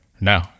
no